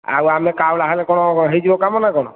ଆଉ ଆମେ କାଉଳା ହେଲେ କ'ଣ ହୋଇଯିବ କାମ ନା କ'ଣ